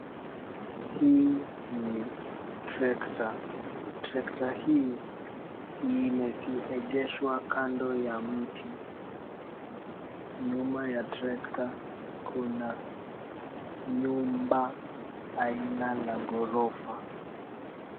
Hii ni trekta. Trekta hii imeegeshwa kando ya mti. Nyuma ya trekta kuna nyumba aina la ghorofa.